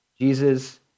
Jesus